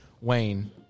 Wayne